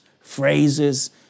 phrases